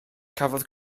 cafodd